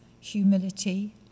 humility